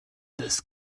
das